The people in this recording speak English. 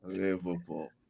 liverpool